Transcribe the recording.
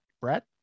Brett